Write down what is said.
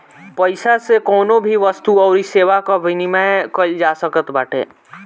पईसा से कवनो भी वस्तु अउरी सेवा कअ विनिमय कईल जा सकत बाटे